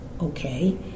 okay